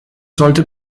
sollte